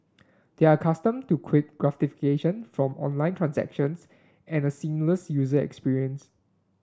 they are accustomed to quick gratification from online transactions and a seamless user experience